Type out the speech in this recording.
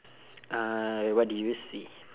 uh what do you see